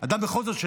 בכל זאת,